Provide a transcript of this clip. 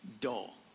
dull